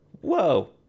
Whoa